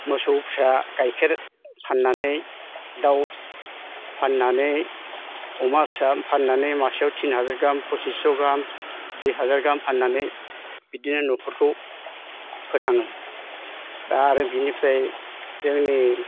मोसौ फिसा गायखेर फान्नानै दाउ फान्नानै अमा फिसा फान्नानै मासेयाव टिनहाजार गाहाम पसिच्च' गाहाम दुइहाजार गाहाम फान्नानै बिदिनो नखरखौ फोथाङो दा आरो बेनिफ्राय जोंनि